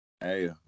Hey